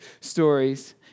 stories